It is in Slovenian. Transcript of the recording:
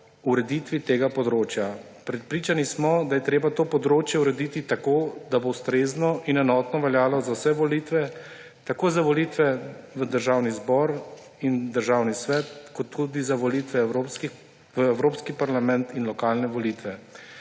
ureditvi tega področja. Prepričani smo, da je treba to področje urediti tako, da bo ustrezno in enotno veljalo za vse volitve; tako za volitve v Državni zbor in Državni svet kot tudi za volitve v Evropski parlament in lokalne volitve.